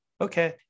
Okay